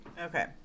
Okay